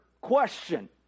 question